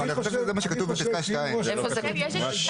שכתוב בפסקה (2).